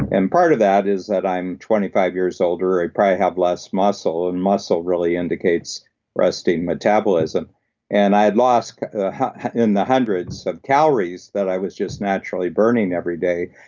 and part of that is that i'm twenty five years older, i probably have less muscle, and muscle really indicates resting metabolism and i had lost in the hundreds of calories that i was just naturally burning every day,